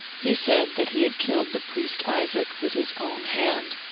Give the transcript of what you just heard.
he said that he had killed the priest isaac with his own hand,